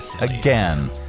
again